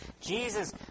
Jesus